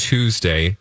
Tuesday